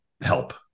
help